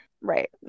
Right